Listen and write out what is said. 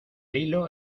hilo